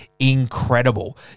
incredible